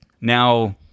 Now